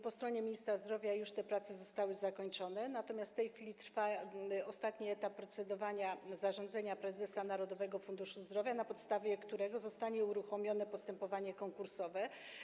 Po stronie ministra zdrowia te prace zostały już zakończone, natomiast w tej chwili trwa ostatni etap procedowania nad zarządzeniem prezesa Narodowego Funduszu Zdrowia, na podstawie którego zostanie uruchomione postępowanie konkursowe.